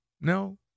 no